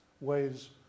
ways